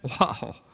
Wow